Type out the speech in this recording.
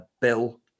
Bill